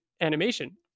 animation